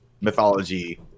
mythology